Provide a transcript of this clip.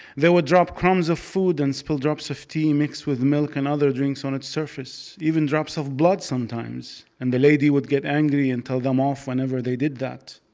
they would drop crumbs of food and spill drops of tea mixed with milk and other drinks on its surface. even drops of blood sometimes. and the lady would get angry and tell them off whenever they did that.